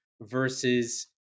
versus